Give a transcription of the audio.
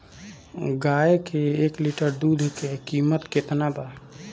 गाए के एक लीटर दूध के कीमत केतना बा?